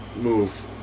move